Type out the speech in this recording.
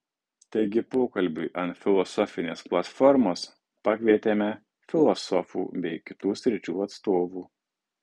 taigi pokalbiui ant filosofinės platformos pakvietėme filosofų bei kitų sričių atstovų